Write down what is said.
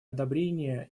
одобрение